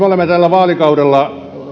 olemme tällä vaalikaudella